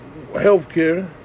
healthcare